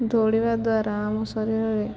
ଧୌଡ଼ିବା ଦ୍ୱାରା ଆମ ଶରୀରରେ